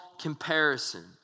comparison